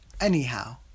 Anyhow